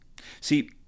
See